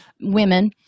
women